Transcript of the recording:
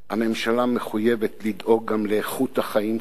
הממשלה מחויבת לדאוג גם לאיכות החיים של הבן-אדם,